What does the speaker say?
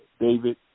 David